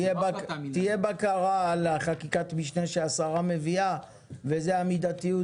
אז תהיה בקרה על חקיקת המשנה שהשרה מביאה וזו המידתיות